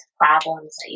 problems